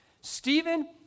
Stephen